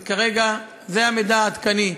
וכרגע זה המידע העדכני.